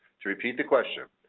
to repeat the question